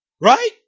Right